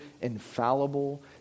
infallible